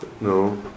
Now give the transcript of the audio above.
No